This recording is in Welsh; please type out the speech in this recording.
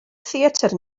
theatr